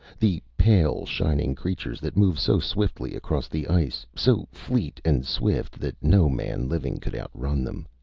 the pale, shining creatures that move so swiftly across the ice, so fleet and swift that no man living could outrun them.